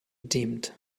dimmed